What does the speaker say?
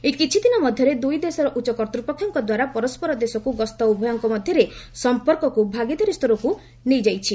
ଏଇ କିଛିଦିନ ମଧ୍ୟରେ ଦୁଇ ଦେଶର ଉଚ୍ଚ କର୍ତ୍ତ୍ୱପକ୍ଷଙ୍କ ଦ୍ୱାରା ପରସ୍କର ଦେଶକୁ ଗସ୍ତ ଉଭୟଙ୍କ ମଧ୍ୟରେ ସମ୍ପର୍କକୁ ଭାଗିଦାରୀସ୍ତରକୁ ନେଇଯାଇଛି